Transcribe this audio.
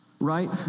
Right